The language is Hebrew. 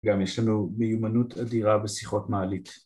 ‫גם יש לנו מיומנות אדירה ‫בשיחות מעלית.